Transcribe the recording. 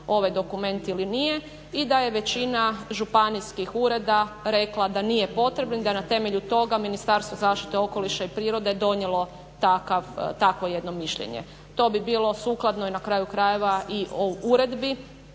ovaj dokument ili nije i da je većina županijskih ureda rekla da nije potrebno i da na temelju toga Ministarstvo zaštite okoliša i prirode je donijelo takvo jedno mišljenje. To bi bilo sukladno i na kraju krajeva i o Uredbi